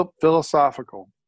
Philosophical